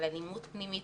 על אלימות פנימית,